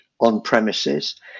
on-premises